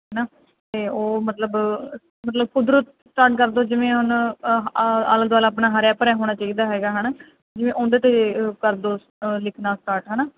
ਹੈ ਨਾ ਅਤੇ ਉਹ ਮਤਲਬ ਮਤਲਬ ਕੁਦਰਤ ਕਰ ਦਿਓ ਜਿਵੇਂ ਹੁਣ ਆਲਾ ਦੁਆਲਾ ਆਪਣਾ ਹਰਿਆ ਭਰਿਆ ਹੋਣਾ ਚਾਹੀਦਾ ਹੈਗਾ ਹੈ ਨਾ ਜਿਵੇਂ ਉਹਦੇ 'ਤੇ ਕਰ ਦਿਓ ਲਿਖਣਾ ਸਟਾਰਟ ਹੈ ਨਾ